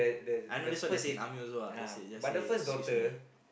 I know that's what they say in army also ah just say just say excuse me